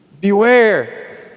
Beware